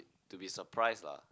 to be surprised lah